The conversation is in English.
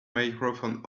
microphone